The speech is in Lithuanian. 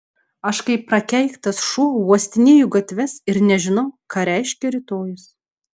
aš kaip prakeiktas šuo uostinėju gatves ir nežinau ką reiškia rytojus